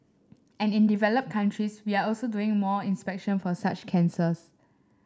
and in developed countries we are also doing more inspection for such cancers